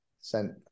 sent